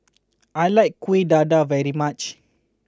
I like Kuih Dadar very much